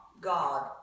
God